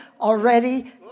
already